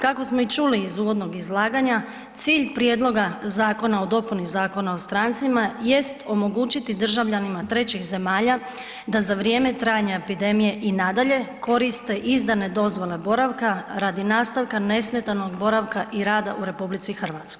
Kako smo i čuli iz uvodnog izlaganja, cilj Prijedloga Zakona o dopuni Zakona o strancima jest omogućiti državljanima trećih zemalja da za vrijeme trajanja epidemije i nadalje koriste izdane dozvole boravka radi nastavka nesmetanog boravka i rada u RH.